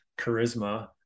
charisma